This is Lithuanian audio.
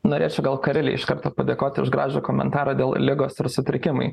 norėčiau gal karilei iš karto padėkoti už gražų komentarą dėl ligos ir sutrikimai